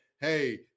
hey